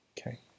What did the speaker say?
Okay